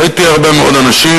ראיתי הרבה מאוד אנשים,